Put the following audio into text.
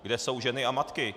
Kde jsou ženy a matky?